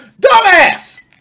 Dumbass